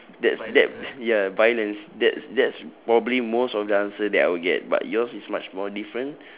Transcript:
that's that ya violence that's that's probably most of the answer that I will get but yours is much more different